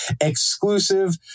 exclusive